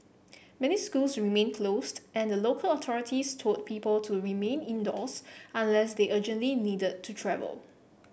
many schools remained closed and local authorities told people to remain indoors unless they urgently needed to travel